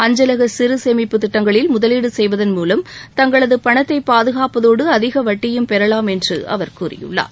அஞ்சலக சிறு சேமிப்பு திட்டங்களில் முதவீடு செய்வதன் மூலம் தங்களது பணத்தை பாதுகாப்பதோடு அதிக வட்டியும் பெறலாம் என்று அவர் கூறியுள்ளார்